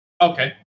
Okay